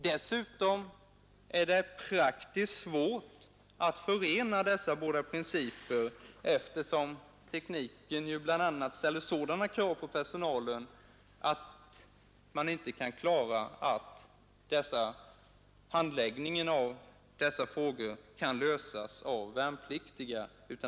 Dessutom är det praktiskt svårt att förena dessa båda principer, eftersom tekniken ställer krav på personalen som inte kan uppfyllas av de värnpliktiga.